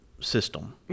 system